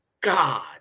god